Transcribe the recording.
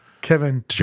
Kevin